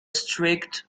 streaked